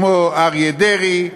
כמו אריה דרעי,